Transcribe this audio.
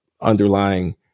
underlying